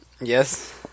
Yes